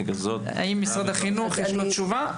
האם למשרד החינוך יש תשובה?